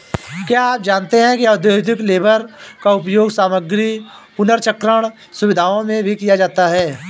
क्या आप जानते है औद्योगिक बेलर का उपयोग सामग्री पुनर्चक्रण सुविधाओं में भी किया जाता है?